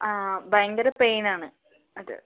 ആ ഭയങ്കര പെയിൻ ആണ് അത്